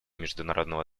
международного